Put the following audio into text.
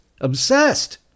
Obsessed